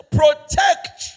protect